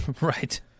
Right